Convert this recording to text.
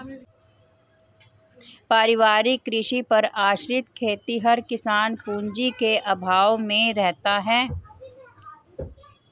पारिवारिक कृषि पर आश्रित खेतिहर किसान पूँजी के अभाव में रहता है